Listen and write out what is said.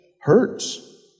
hurts